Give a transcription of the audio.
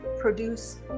produce